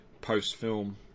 post-film